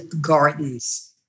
gardens